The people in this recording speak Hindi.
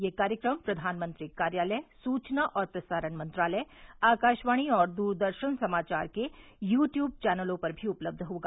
यह कार्यक्रम प्रधानमंत्री कार्यालय सूचना और प्रसारण मंत्रालय आकाशवाणी और दूरदर्शन समाचार के यू ट्यूब चैनलों पर भी उपलब्ध होगा